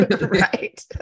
Right